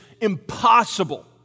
impossible